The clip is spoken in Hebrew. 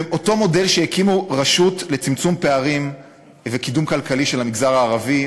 באותו מודל של הקמת רשות לצמצום פערים וקידום כלכלי של המגזר הערבי,